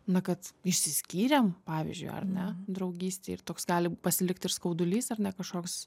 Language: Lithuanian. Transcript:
na kad išsiskyrėm pavyzdžiui ar ne draugystėj ir toks gali pasilikti ir skaudulys ar ne kažkoks